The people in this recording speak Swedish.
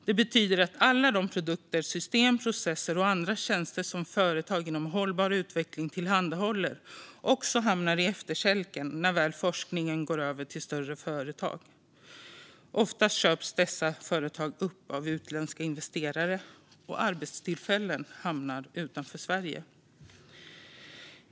Det betyder att alla de produkter, system, processer och andra tjänster som företag inom hållbar utveckling tillhandahåller också hamnar på efterkälken när forskningen väl går över till ett större företag. Ofta köps dessa företag upp av utländska investerare, och arbetstillfällen hamnar utanför Sverige.